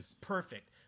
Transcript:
Perfect